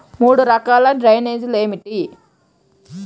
మూడు రకాల డ్రైనేజీలు ఏమిటి?